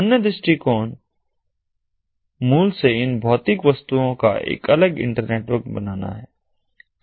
अन्य दृष्टिकोण मूल से इन भौतिक वस्तुओं का एक अलग इंटरनेटवर्क बनाना है